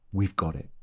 we've got it.